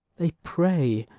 they pray,